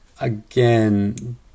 again